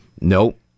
Nope